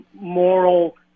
moral